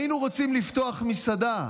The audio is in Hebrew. היינו רוצים לפתוח מסעדה,